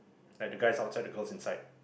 like the guys outside the girls inside